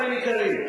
חברים יקרים,